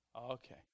Okay